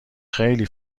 خیلی